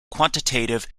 quantitative